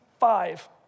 Five